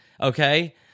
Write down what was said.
Okay